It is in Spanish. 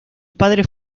padres